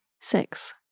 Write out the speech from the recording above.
Six